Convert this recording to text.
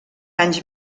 anys